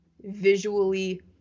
visually